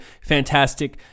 fantastic